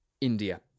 India